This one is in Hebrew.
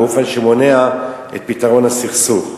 באופן שמונע את פתרון הסכסוך.